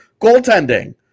Goaltending